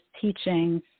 teachings